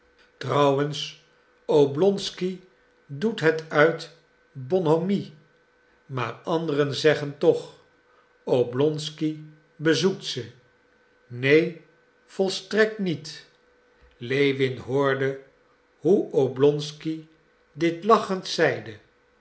trouwens oblonsky doet het uit bonhommie maar anderen zeggen toch oblonsky bezoekt ze neen volstrekt niet lewin hoorde hoe oblonsky dit lachend zeide